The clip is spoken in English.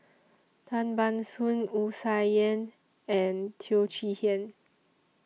Tan Ban Soon Wu Tsai Yen and Teo Chee Hean